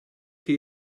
chi